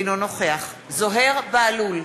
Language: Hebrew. אינו נוכח זוהיר בהלול,